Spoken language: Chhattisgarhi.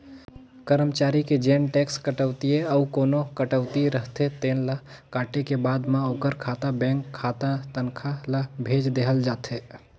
करमचारी के जेन टेक्स कटउतीए अउ कोना कटउती रहिथे तेन ल काटे के बाद म ओखर खाता बेंक खाता तनखा ल भेज देहल जाथे